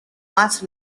much